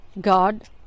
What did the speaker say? God